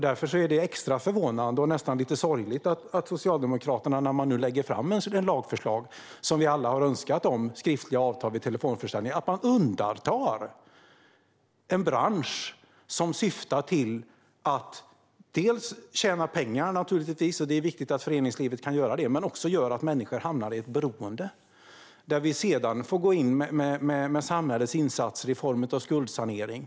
Därför är det extra förvånande och nästan lite sorgligt att Socialdemokraterna när man nu lägger fram ett lagförslag om skriftliga avtal vid telefonförsäljning, som vi alla har önskat, undantar denna bransch. Där är syftet naturligtvis att tjäna pengar. Det är viktigt att föreningslivet kan göra det. Men detta gör också att människor hamnar i ett beroende. Sedan får vi gå in med samhällets insatser i form av skuldsanering.